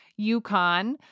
UConn